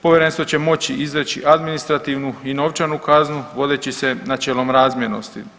Povjerenstvo će moći izreći administrativnu i novčanu kaznu vodeći se načelom razmjernosti.